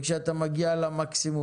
וכשאתה מגיע למקסימום,